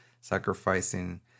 sacrificing